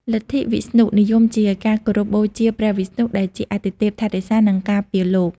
លទ្ធិវិស្ណុនិយមជាការគោរពបូជាព្រះវិស្ណុ ដែលជាអាទិទេពថែរក្សា និងការពារលោក។